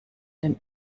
den